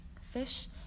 Fish